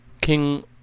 King